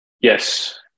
Yes